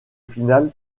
finale